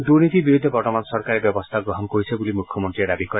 দুৰ্নীতিৰ বিৰুদ্ধে বৰ্তমান চৰকাৰে ব্যৱস্থা গ্ৰহণ কৰিছে বুলি মুখ্যমন্ত্ৰীয়ে দাবী কৰে